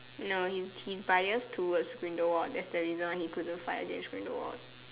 no he's he's bias towards grindelwald that's the reason why he couldn't fight against grindelwald